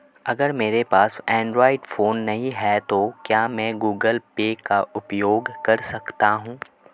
अगर मेरे पास एंड्रॉइड फोन नहीं है तो क्या मैं गूगल पे का उपयोग कर सकता हूं?